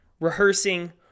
rehearsing